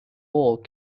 old